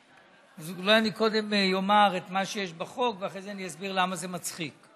אז אולי אני קודם אומר את מה שיש בחוק ואחרי זה אני אסביר למה זה מצחיק.